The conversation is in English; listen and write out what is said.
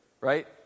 right